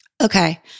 Okay